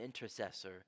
intercessor